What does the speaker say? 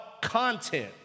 content